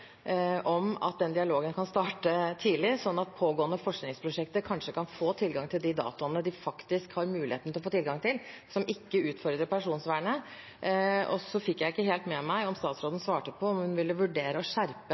om at den dialogen kan starte tidlig, sånn at pågående forskningsprosjekter kanskje kan få tilgang til de dataene de faktisk har muligheten til å få tilgang til, som ikke utfordrer personvernet. Så fikk jeg ikke helt med meg om statsråden svarte på om hun vil vurdere å skjerpe